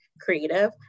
creative